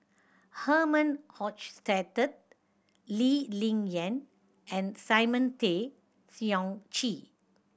Herman Hochstadt Lee Ling Yen and Simon Tay Seong Chee